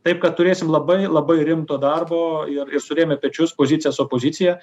taip kad turėsim labai labai rimto darbo ir ir surėmę pečius pozicija su opozicija